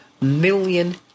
million